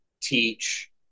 teach